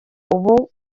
ubu